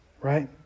right